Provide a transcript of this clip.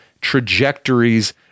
trajectories